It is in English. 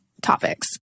topics